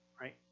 right